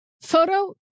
Photo